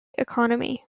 economy